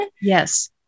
Yes